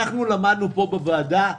למדנו פה בוועדה,